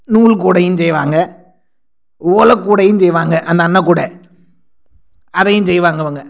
நூல் கூடையும் செய்வாங்க ஓலக் கூடையும் செய்வாங்க அந்த அன்னக்கூட அதையும் செய்வாங்க அவங்க